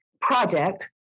project